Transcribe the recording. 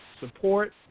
support